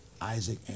Isaac